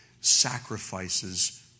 sacrifices